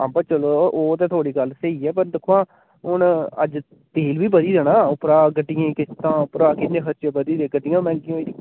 हां बा चलो ओह् ते थुआढ़ी गल्ल स्हेई ऐ पर दिक्खो आं हून अज्ज तेल बी बधी दा ना उप्परा गड्डियें दियां किस्तां उप्परा किन्ने खर्चे बधी दे गड्डियां मैंह्गियां होई दियां